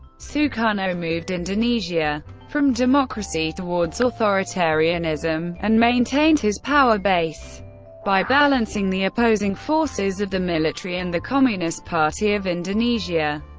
sukarno moved indonesia from democracy towards authoritarianism, and maintained his power base by balancing the opposing forces of the military and the communist party of indonesia.